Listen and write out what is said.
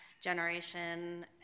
generation